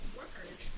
workers